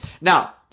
Now